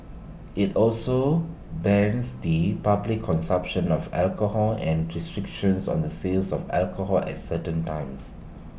IT also bans the public consumption of alcohol and restrictions on the sales of alcohol at certain times